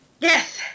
Yes